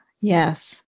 Yes